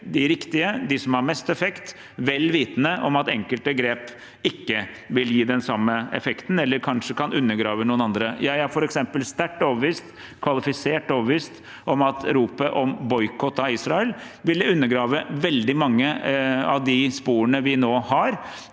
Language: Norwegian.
de som har mest effekt, vel vitende om at enkelte grep ikke vil gi den samme effekten, eller kanskje kan undergrave noen andre. Jeg er f.eks. sterkt overbevist – kvalifisert overbevist – om at ropet om boikott av Israel ville undergrave veldig mange av de sporene vi nå har,